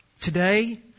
today